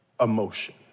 emotion